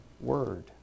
word